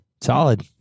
Solid